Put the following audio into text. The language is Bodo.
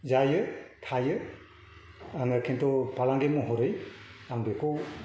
जायो थायो आङो खिन्तु फालांगि महरै आं बेखौ